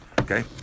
okay